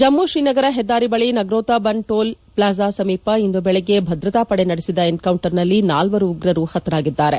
ಜಮ್ಮು ಶ್ರೀನಗರ ಹೆದ್ದಾರಿ ಬಳಿ Nagrota Ban toll plaza ಸಮೀಪ ಇಂದು ಬೆಳಿಗ್ಗೆ ಭದ್ರತಾ ಪಡೆ ನಡೆಸಿದ ಎನ್ಕೌಂಟರ್ನಲ್ಲಿ ನಾಲ್ಲರು ಉಗ್ರರು ಹತರಾಗಿದ್ದಾರೆ